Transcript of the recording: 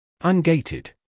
Ungated